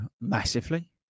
massively